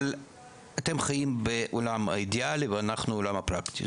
אבל אתם חיים בעולם האידיאלי ואנחנו בעולם הפרקטי.